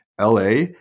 LA